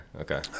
okay